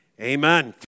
Amen